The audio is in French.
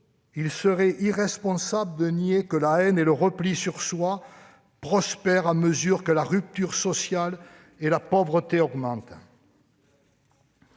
Il serait irresponsable de nier que la haine et le repli sur soi prospèrent à mesure que la rupture sociale et la pauvreté augmentent.